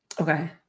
Okay